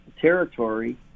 territory